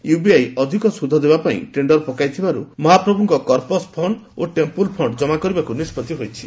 UBI ଅଧିକ ସୁଧ ଦେବାପାଇଁ ଟେଣ୍ଡର ପକାଇଥିବାରୁ ମହାପ୍ରଭୁଙ୍କ କର୍ପସ ଫଣ୍ଡ ଓ ଟେମ୍ପୁଲ ଫଣ୍ଡ ଜମା କରିବାକୁ ନିଷ୍ବଉି ହୋଇଛି